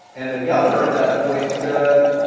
and the governor at that point said,